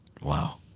Wow